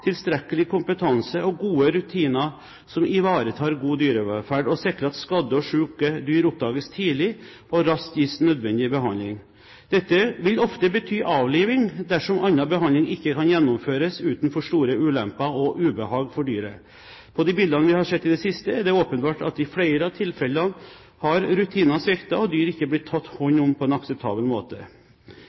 kompetanse og gode rutiner som ivaretar god dyrevelferd og sikrer at skadde og syke dyr oppdages tidlig og raskt gis nødvendig behandling. Dette vil ofte bety avliving dersom annen behandling ikke kan gjennomføres uten for store ulemper og ubehag for dyret. På de bildene vi har sett i det siste, er det åpenbart at i flere av tilfellene har rutinene sviktet og dyr ikke har blitt tatt hånd om på en akseptabel måte.